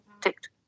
Ticked